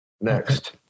Next